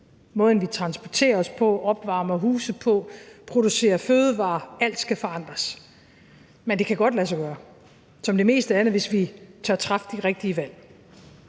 måden, vi transporterer os på, opvarmer husene på, producerer fødevarer på. Alt skal forandres. Men det kan som det meste andet godt lade sig gøre, hvis vi tør træffe de rigtige valg.